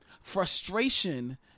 frustration